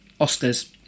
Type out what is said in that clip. Oscars